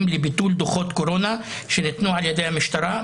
לביטול דוחות קורונה שניתנו על ידי המשטרה,